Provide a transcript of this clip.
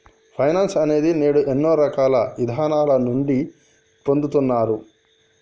finance అనేది నేడు ఎన్నో రకాల ఇదానాల నుండి పొందుతున్నారు